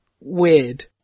weird